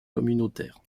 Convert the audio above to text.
communautaire